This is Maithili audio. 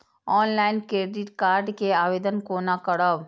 ऑनलाईन क्रेडिट कार्ड के आवेदन कोना करब?